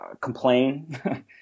complain